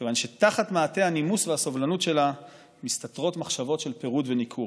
כיוון שתחת מעטה הנימוס והסובלנות שלה מסתתרות מחשבות של פירוד וניכור.